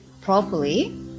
properly